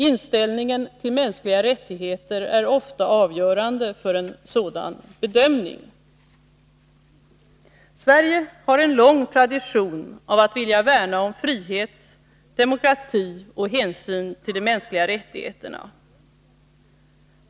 Inställningen till mänskliga rättigheter är ofta avgörande för en sådan bedömning. Sverige har en lång tradition av att vilja värna om frihet, demokrati och hänsyn till de mänskliga rättigheterna.